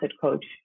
coach